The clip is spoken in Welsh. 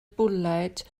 bwled